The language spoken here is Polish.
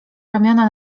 ramiona